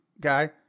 guy